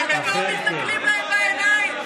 אתם לא מסתכלים להם בעיניים.